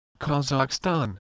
Kazakhstan